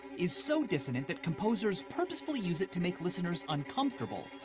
is so dissonant that composers purposefully use it to make listeners uncomfortable,